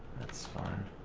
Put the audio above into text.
its fine